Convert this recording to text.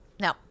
no